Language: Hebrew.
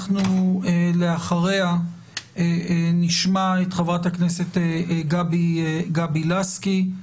אנחנו אחריה נשמע את חברת הכנסת גבי לסקי,